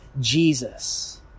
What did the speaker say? Jesus